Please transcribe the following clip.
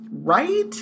right